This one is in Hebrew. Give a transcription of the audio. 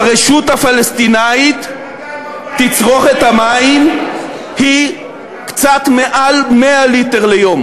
ברשות הפלסטינית תצרוכת המים היא קצת מעל 100 ליטר ליום.